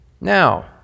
Now